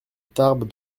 tarbes